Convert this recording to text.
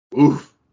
oof